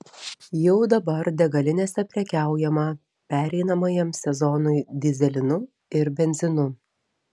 jau dabar degalinėse prekiaujama pereinamajam sezonui dyzelinu ir benzinu